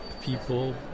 people